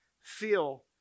feel